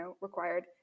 required